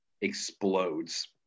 explodes